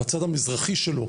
בצד המזרחי שלו,